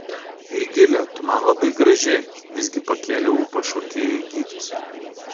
eigile tu man labai graži visgi pakėlė ūpą šokėjai gytis